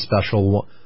special